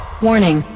Warning